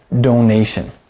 Donation